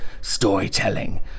storytelling